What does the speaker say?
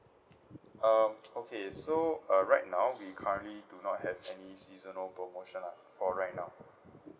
um okay so uh right now we currently do not have any seasonal promotion lah for right now